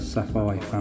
Sapphire